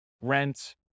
rent